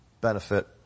benefit